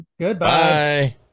Goodbye